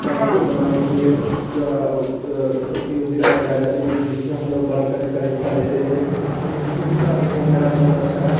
painting बनाने लिए प्रतियोगिताएँ कराई जाती थी जिसमें हम लोग बढ़ चढ़ कर हिस्सा लेते थे और इसका अनुभव मेरा बहुत अच्छा रहा